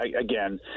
again